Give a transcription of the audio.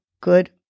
good